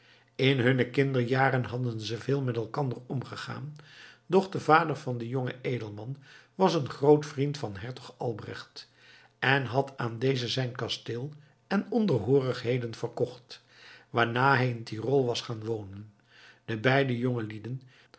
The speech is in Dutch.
in hunne kinderjaren hadden ze veel met elkander omgegaan doch de vader van den jongen edelman was een groot vriend van hertog albrecht en had aan dezen zijn kasteel en onderhoorigheden verkocht waarna hij in tirol was gaan wonen de beide